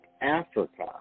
Africa